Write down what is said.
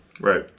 Right